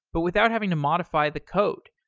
but without having to modify the code,